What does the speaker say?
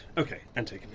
ok! antigone.